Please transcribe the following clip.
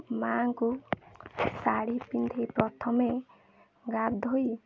ମାଆଙ୍କୁ ଶାଢ଼ୀ ପିନ୍ଧି ପ୍ରଥମେ ଗାଧୋଇ